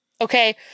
Okay